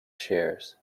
shares